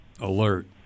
alert